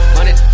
Money